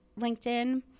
LinkedIn